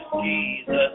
Jesus